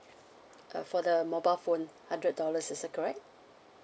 uh for the mobile phone hundred dollars is that correct